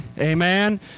Amen